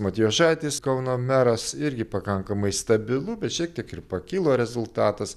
matijošaitis kauno meras irgi pakankamai stabilu bet šiek tiek ir pakilo rezultatas